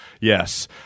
yes